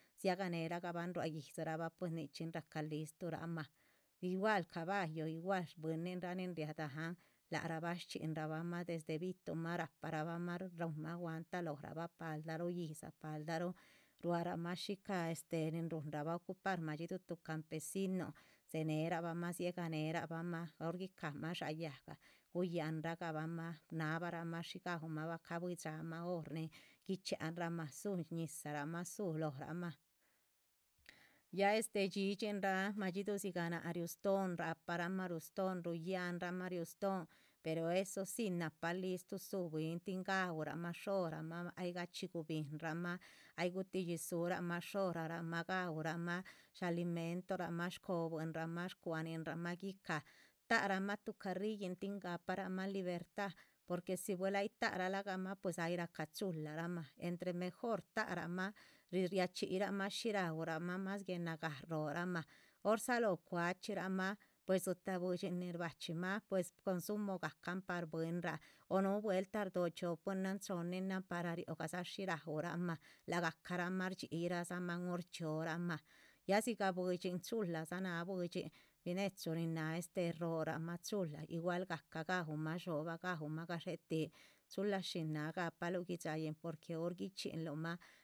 Siaganeragaban ruaidxhiraba pues nichin raca listrurama igual cabayu igual buinra ninria da'an laraba, xchianrama desde vitunma raparaba runrama'a guanta loraba paldaru iza paldaru ruaruma xshica nin runraba ocupar madxhidu campesinun senerabama, sieganerabama hor guicama sha yaga guyanrabama sanabarama shi gaurabama va cabuidxhama hor nin guichianrama sú ñizarama su loma ya esté dxidxinra madxhidu siga na'a riuston raparanma riuston, pero eso sí, napa listu su bwin tin gaurama shorama hay gachi gubinrama hay gutidxisurama shorama, gaurama shalimentorama scobwinma scuaninma guica, tarama'a tu carrillin tin gaparama liberta, porque si del hay tarama'a hay raca chularama entre mejor tarama'a riachiyirama shi ra'urama más guenagá shorama hor saaló cuaxchirama pues dxitabuixhin nin xbaxchima pues consumo gacan par bwinra o nu vuelta sxdo'o xchiopuinan choninan para riogaza shi ra'urama lagacarama xdhi'irama hor chiorama, ya siga buidxhin chulasama, buidxhin binechu chula shrorama, chulashin gapalu guidxayi'in porque hor guichinluma.